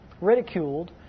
ridiculed